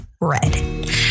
red